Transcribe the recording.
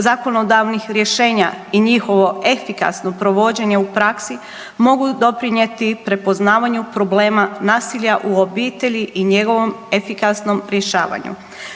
zakonodavnih rješenja i njihovo efikasno provođenje u praksi mogu doprinijeti prepoznavanju problema nasilja u obitelji i njegovom efikasnom rješavanju.